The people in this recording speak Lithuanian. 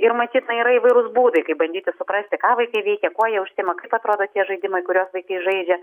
ir matyt na yra įvairūs būdai kaip bandyti suprasti ką vaikai veikia kuo jie užsiima kaip atrodo tie žaidimai kuriuos vaikai žaidžia